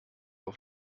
auf